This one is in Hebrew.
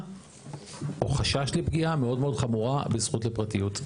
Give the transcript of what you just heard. או חשש לפגיעה מאוד חמורה בזכות לפרטיות.